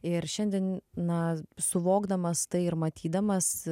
ir šiandien na suvokdamas tai ir matydamas